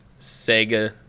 Sega